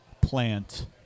plant